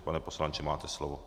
Pane poslanče, máte slovo.